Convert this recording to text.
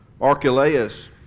Archelaus